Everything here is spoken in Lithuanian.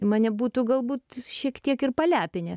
mane būtų galbūt šiek tiek ir palepinę